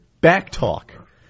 back-talk